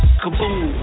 kaboom